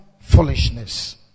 foolishness